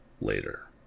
later